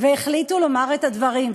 והחליטו לומר את הדברים.